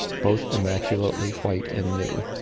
both immaculately white and new.